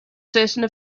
certain